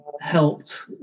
helped